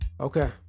okay